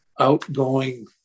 Outgoing